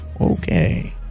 Okay